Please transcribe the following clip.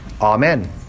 amen